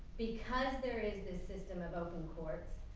because there is the system of open courts,